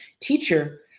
Teacher